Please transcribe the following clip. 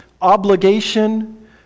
Obligation